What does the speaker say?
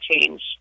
change